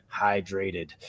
hydrated